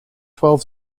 twelve